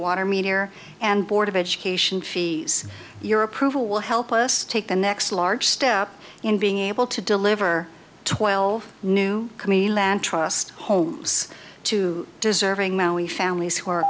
water meter and board of education fees your approval will help us take the next large step in being able to deliver twelve new committee land trust homes to deserving maui families who are